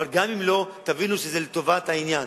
אבל גם אם לא, תבינו שזה לטובת העניין.